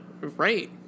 Right